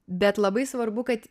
bet labai svarbu kad